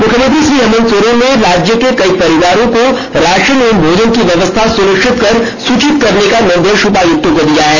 मुख्यमंत्री श्री हेमंत सोरेन ने राज्य के कई परिवार को राशन एवं भोजन की व्यवस्था सुनिश्चित कर सूचित करने का निदेश उपायुक्तों को दिया है